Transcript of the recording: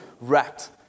wrapped